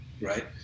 right